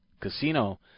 casino